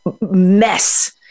mess